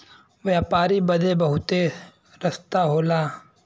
व्यापारी बदे बहुते रस्ता होला